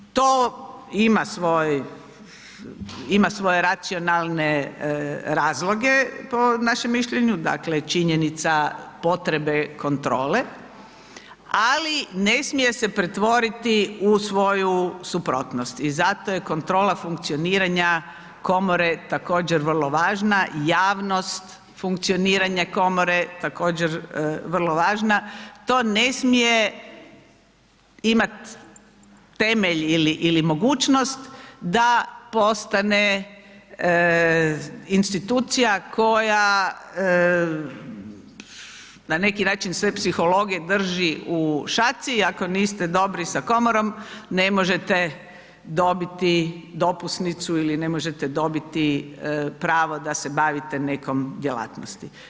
To ima svoje racionalne razloge po našem mišljenju, dakle činjenica potrebe kontrole, ali ne smije se pretvoriti u svoju suprotnost i zato je kontrola funkcioniranja komore također vrlo važna, javnost funkcioniranja komore također vrlo važna, to ne smije imat temelj ili mogućnost da postane institucija koja na neki način sve psihologije drži u šaci, ako niste dobri sa komorom ne možete dobiti dopusnicu ili ne možete dobiti pravo da se bavite nekom djelatnosti.